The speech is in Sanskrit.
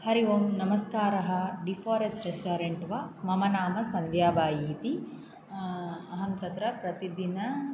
हरिओम् नमस्कारः डिफारेस्ट् रेस्टारण्ट् वा मम नाम सन्ध्याबाय् इति अहं तत्र प्रतिदिनं